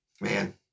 man